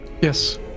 yes